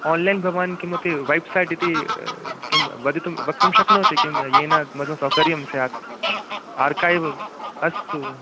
online भवान् किमपि website इति किं वक्तुं शक्नोति किं येन मम सौखर्यं स्यात् आर्काय्व् अस्तु